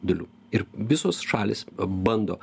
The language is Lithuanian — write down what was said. dalių ir visos šalys bando